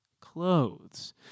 clothes